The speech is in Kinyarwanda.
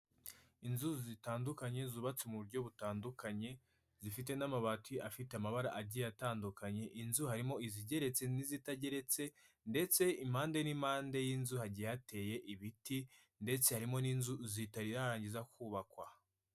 Inzu zitandukanye zubatse muburyo butandukanye, zifite n'amabati afite amabara agiye atandukanye, inzu harimo izigeretse n'izitageretse, ndetse impande n'impande y'inzu hagiye hateye ibiti ndetse harimo n'inzu zitarizarangiza kubakwa.